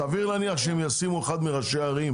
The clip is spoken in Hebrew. סביר להניח שהם ישימו אחד מראשי הערים